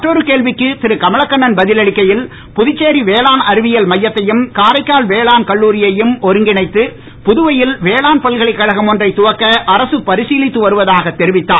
மற்றொரு கேள்விக்கு திரு கமலக்கண்ணன் பதில் அளிக்கையில் புதுச்சேரி வேளாண் அறிவியல் மையத்தையும் காரைக்கால் வேளாண் கல்லூரியையும் ஒருங்கிணைத்து புதுவையில் வேளாண் பல்கலைக்கழகம் ஒன்றைத் துவக்க அரசு பரிசிலித்து வருவதாக தெரிவித்தார்